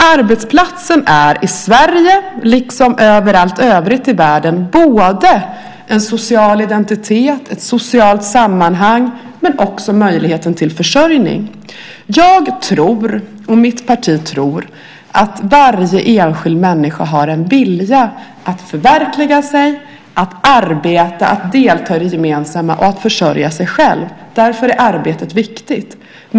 Arbetsplatsen i Sverige liksom i övrigt i världen erbjuder både en social identitet, ett socialt sammanhang, och möjlighet till försörjning. Jag och mitt parti tror att varje enskild människa har en vilja att förverkliga sig, att arbeta, att delta i det gemensamma och att försörja sig själv. Därför är arbetet viktigt.